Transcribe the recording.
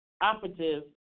operative